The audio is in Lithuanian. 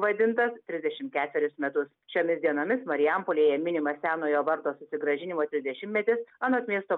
vadintas trisdešim ketverius metus šiomis dienomis marijampolėje minima senojo vardo susigrąžinimo trisdešimtmetis anot miesto